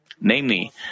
Namely